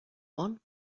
one